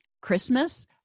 Christmas